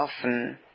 often